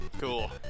Cool